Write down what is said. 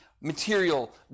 material